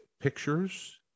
pictures